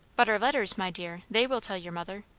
but our letters, my dear they will tell your mother.